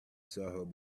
saw